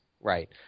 Right